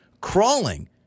Crawling